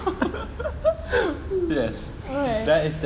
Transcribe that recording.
okay